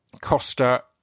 costa